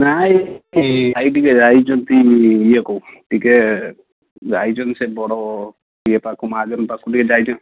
ନାଇ ଭାଇ ଟିକିଏ ଯାଇଛନ୍ତି ଇଏକୁ ଟିକିଏ ଯାଇଛନ୍ତି ସେ ବଡ଼ ଇଏ ପାଖକୁ ମହାଜନ ପାଖକୁ ଟିକିଏ ଯାଇଛନ୍ତି